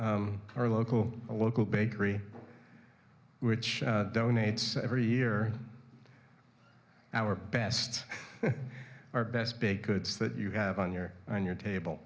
prada our local a local bakery which donates every year our best our best baked goods that you have on your on your table